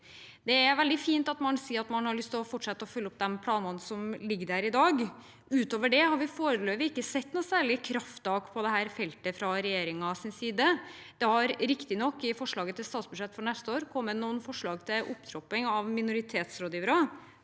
Det er veldig fint at man sier at man har lyst til å fortsette å følge opp de planene som ligger der i dag, men utover det har vi forelø pig ikke sett noe særlig krafttak på dette feltet fra regjeringens side. Det har riktignok i forslaget til statsbudsjett for neste år kommet noen forslag om opptrapping av minoritetsrådgivere.